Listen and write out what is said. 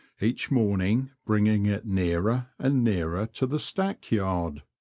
each morning bringing it nearer and nearer to the stack-yard.